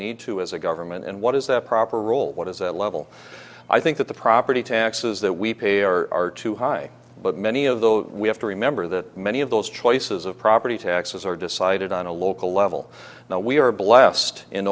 need to as a government and what is the proper role what is that level i think that the property taxes that we pay are too high but many of those we have to remember that many of those choices of property taxes are decided on a local level now we are blessed in